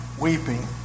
weeping